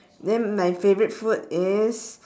then my favourite food is